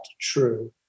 true